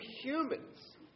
humans